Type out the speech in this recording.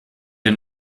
den